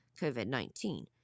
COVID-19